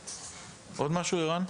עוד משהו ערן?